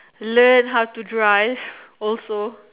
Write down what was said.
learn how to drive also